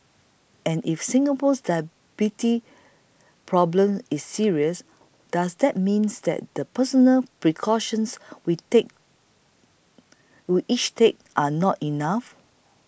and if Singapore's diabetes problem is serious does that means that the personal precautions we take we each take are not enough